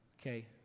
Okay